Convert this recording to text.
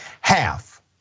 Half